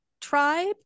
tribe